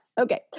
Okay